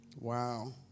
Wow